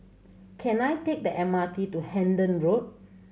can I take the M R T to Hendon Road